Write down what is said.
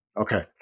Okay